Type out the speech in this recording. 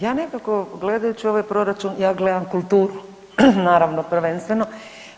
Ja nekako gledajući ovaj proračun ja gledam kulturu naravno prvenstveno.